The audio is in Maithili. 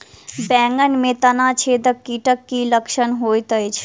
बैंगन मे तना छेदक कीटक की लक्षण होइत अछि?